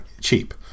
cheap